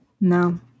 no